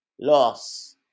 loss